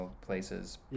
places